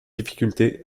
difficulté